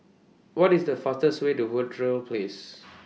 What IS The fastest Way to Verde Place